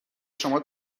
شما